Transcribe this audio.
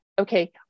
Okay